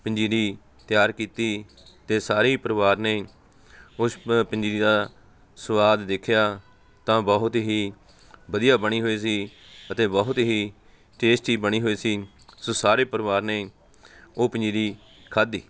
ਪੰਜੀਰੀ ਤਿਆਰ ਕੀਤੀ ਅਤੇ ਸਾਰੇ ਹੀ ਪਰਿਵਾਰ ਨੇ ਉਸ ਪ ਪੰਜੀਰੀ ਦਾ ਸਵਾਦ ਦੇਖਿਆ ਤਾਂ ਬਹੁਤ ਹੀ ਵਧੀਆ ਬਣੀ ਹੋਈ ਸੀ ਅਤੇ ਬਹੁਤ ਹੀ ਟੇਸਟੀ ਬਣੀ ਹੋਈ ਸੀ ਸੋ ਸਾਰੇ ਪਰਿਵਾਰ ਨੇ ਉਹ ਪੰਜੀਰੀ ਖਾਧੀ